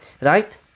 right